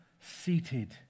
seated